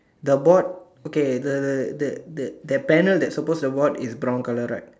the board okay the the the the that panel that's supposed to have bought is brown colour right